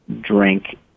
drink